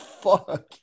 fuck